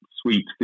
sweet